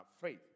faith